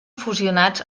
fusionats